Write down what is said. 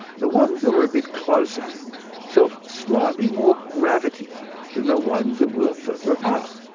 the ones that were a bit closer felt slightly more gravity than the ones that were further apart.